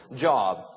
job